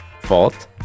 fault